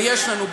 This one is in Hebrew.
ויש לנו,